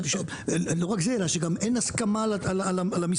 לא רק זה, גם אין הסכמה על המספרים.